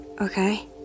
Okay